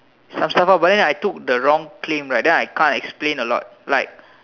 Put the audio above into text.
some stuff ah but then I took the wrong claim right then I can't explain a lot